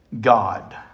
God